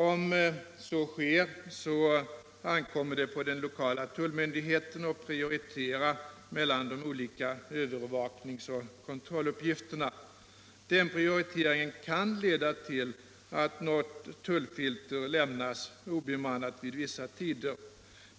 Om så sker ankommer det på den lokala tullmyndigheten att prioritera mellan de olika övervakningsoch kontrolluppgifterna. Den prioriteringen kan leda till att något tullfilter lämnas obemannat vid vissa tider.